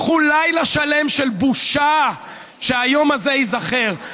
קחו לילה שלם של בושה, שהיום הזה ייזכר.